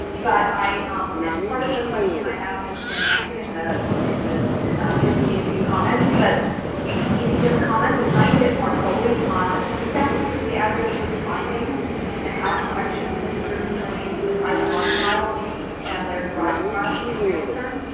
but i db um and part of the question i have has been answered in the in the preceding few comments, but if you could just comment a tiny bit more fully on the feedback between the address list finding and how corrections and improvements are made to the tiger line file and their derived product in realtor.